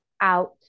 out